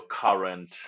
current